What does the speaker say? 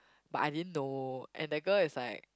but I didn't know and that girl is like